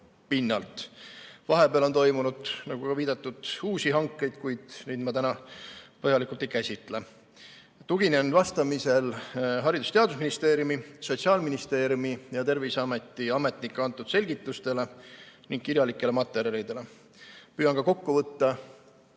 pinnalt. Vahepeal on toimunud, nagu viidatud, uusi hankeid, kuid neid ma täna põhjalikult ei käsitle. Tuginen vastamisel Haridus‑ ja Teadusministeeriumi, Sotsiaalministeeriumi ja Terviseameti ametnike antud selgitustele ning kirjalikele materjalidele. Püüan ka kokku võtta,